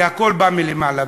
כי הכול בא מלמעלה,